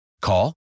Call